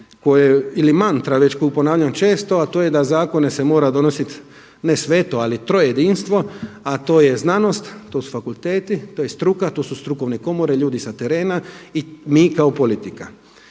koje ili mantra koju već ponavljam često, a to je da zakone se mora donositi ne sveto ali trojedinstvo, a to je znanost, to su fakulteti, to je struka, to su strukovne komore, ljudi sa terena i mi kao politika.